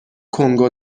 کنگو